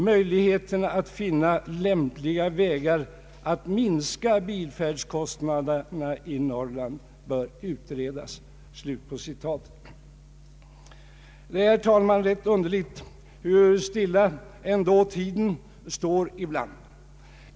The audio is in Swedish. Möjligheterna att finna lämpliga vägar att minska bilfärdskostnaderna i Norrland bör utredas.” Det är, herr talman, rätt underligt hur stilla tiden ändå står ibland.